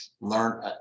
learn